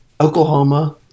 Oklahoma